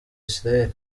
israel